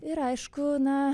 ir aišku na